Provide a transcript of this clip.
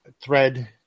thread